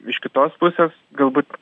iš kitos pusės galbūt